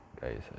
guys